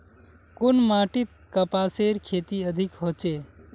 कुन माटित कपासेर खेती अधिक होचे?